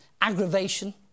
aggravation